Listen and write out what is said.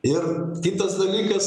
ir kitas dalykas